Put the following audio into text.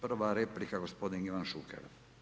Prva replika gospodin Ivan Šuker.